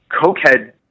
cokehead